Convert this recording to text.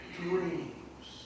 dreams